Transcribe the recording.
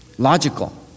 Logical